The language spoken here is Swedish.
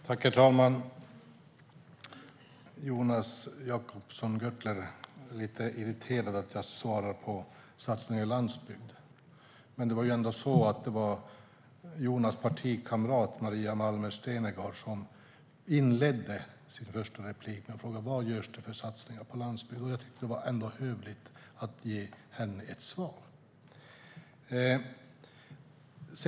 Herr talman! Jonas Jacobsson Gjörtler är lite irriterad över att jag svarar om satsningar i landsbygden. Men det var ju Jonas partikamrat, Maria Malmer Stenergard, som inledde sitt första inlägg med att fråga vilka satsningar som görs på landsbygden. Jag tyckte att det var hövligt att ge henne ett svar.